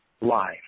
live